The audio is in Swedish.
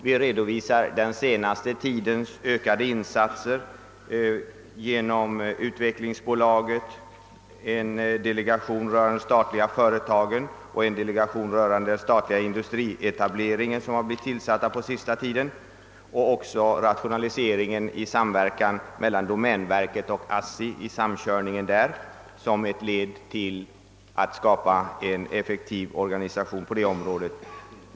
Vi redovisar den senaste tidens ökade insatser genom utvecklingsbolaget, genom tillsättandet på sista tiden av en delegation rörande de statliga företagen och en delegation rörande den statliga industrietableringen och även genom rationaliseringen i form av samverkan mellan domänverket och ASSI som ett led för att skapa en effektiv organisation på detta område.